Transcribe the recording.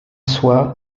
soir